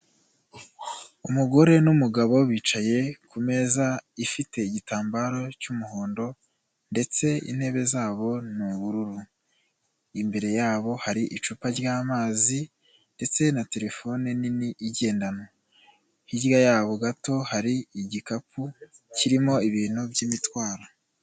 Umugore n'umugabo bicaye ku meza ifite igitambaro cy'umuhondo ndetse intebe zabo ni ubururu, imbere yabo hari icupa ry'amazi ndetse na terefone nini igendanwa, hirya yabo gato hari igikapu kirimo ibintu by'imitwaro.